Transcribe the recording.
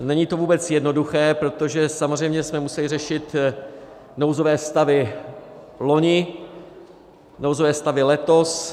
Není to vůbec jednoduché, protože samozřejmě se musejí řešit nouzové stavy loni, nouzové stavy letos.